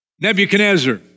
Nebuchadnezzar